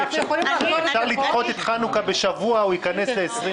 אפשר לדחות את חנוכה בשבוע והוא יהיה בתקציב